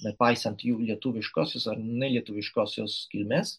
nepaisant jų lietuviškosios ar ne lietuviškosios kilmės